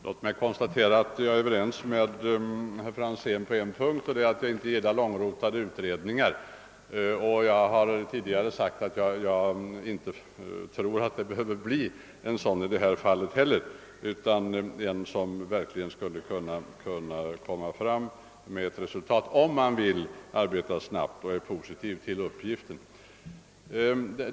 Herr talman! Låt mig konstatera att jag är överens med herr Franzén i Motala på en punkt; inte heller jag gillar långrotande utredningar. Jag har tidigare sagt att jag inte tror att det behöver bli en sådan i detta fall. Den utredning vi föreslår bör kunna nå resultat, om den vill arbeta snabbt och är positiv inför uppgiften.